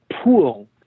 pool